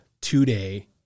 today